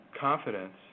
confidence